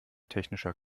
technischer